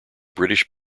british